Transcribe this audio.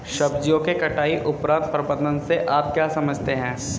सब्जियों के कटाई उपरांत प्रबंधन से आप क्या समझते हैं?